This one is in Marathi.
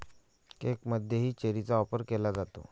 केकमध्येही चेरीचा वापर केला जातो